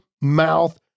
mouth